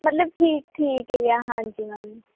ਮਤਲਬ ਠੀਕ ਠੀਕ ਹੀ ਆ ਹਾਂਜੀ ਮੈਮ